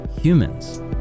humans